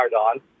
on